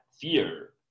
fear